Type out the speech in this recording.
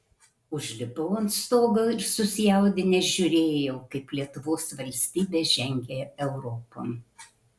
užlipau ant stogo ir susijaudinęs žiūrėjau kaip lietuvos valstybė žengia europon